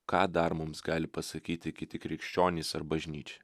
ką dar mums gali pasakyti kiti krikščionys ar bažnyčia